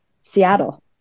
Seattle